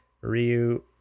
Ryu